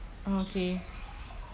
okay